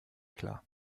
klar